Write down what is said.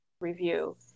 review